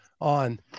on